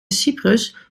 cyprus